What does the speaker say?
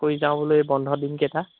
ফুৰি যাওঁ বোলো এই বন্ধ দিনকেইটা